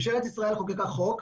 ממשלת ישראל חוקקה חוק,